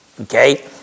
Okay